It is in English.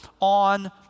on